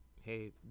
hey